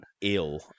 ill